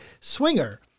swinger